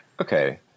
Okay